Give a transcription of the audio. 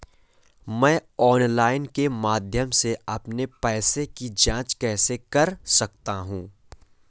मैं ऑनलाइन के माध्यम से अपने पैसे की जाँच कैसे कर सकता हूँ?